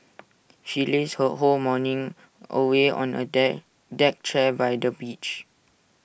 she lazed her whole morning away on A deck deck chair by the beach